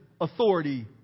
authority